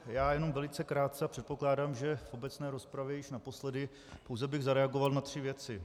Já jenom velice krátce a předpokládám, že v obecné rozpravě již naposledy, pouze bych zareagoval na tři věci.